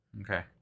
Okay